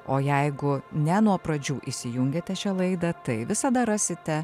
o jeigu ne nuo pradžių įsijungėte šią laidą tai visada rasite